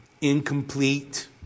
incomplete